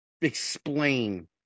explain